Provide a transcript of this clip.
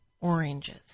oranges